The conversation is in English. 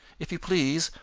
if you please,